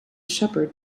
shepherd